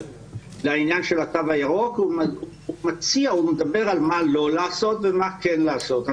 לעניין של התו הירוק והוא מציע ומדבר על מה לא לעשות ומה כן לעשות.